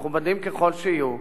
מכובדים ככל שיהיו,